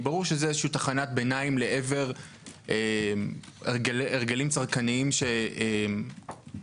ברור שזה תחנת ביניים לעבר הרגלים צרכניים שהם